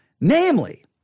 Namely